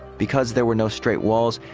because there were no straight walls,